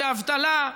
ואבטלה,